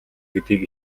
гэдгийг